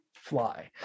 fly